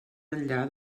enllà